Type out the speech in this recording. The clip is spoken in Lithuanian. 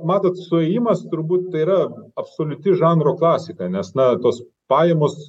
matot suėjimas turbūt tai yra absoliuti žanro klasika nes na tos pajamos